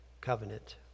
covenant